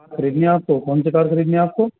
خریدنی ہے آپ کو کون سی کار خریدنی ہے آپ کو